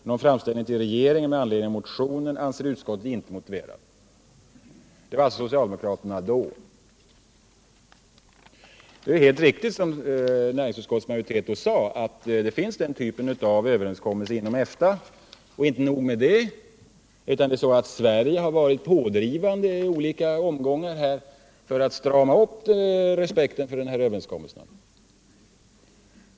Någon framställning till regeringen med anledning av motionen anser utskottet inte motiverad. Det var alltså vad socialdemokraterna då sade. Det är helt riktigt, som näringsutskottets majoritet då anförde, att det finns den typen av överenskommelser inom EFTA. Och inte nog med det, utan Sverige har varit pådrivande i olika omgångar för att stärka respekten för dessa överenskommelser.